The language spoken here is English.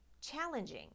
challenging